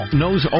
knows